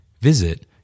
Visit